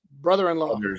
brother-in-law